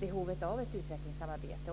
behovet av ett utvecklingssamarbete.